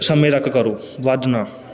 ਸਮੇਂ ਤੱਕ ਕਰੋ ਵੱਧ ਨਾ